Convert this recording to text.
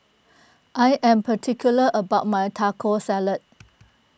I am particular about my Taco Salad